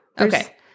Okay